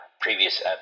previous